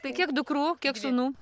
tai kiek dukrų kiek sūnų